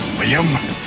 William